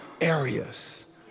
areas